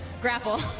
grapple